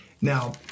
Now